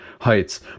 heights